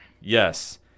Yes